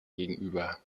gegenüber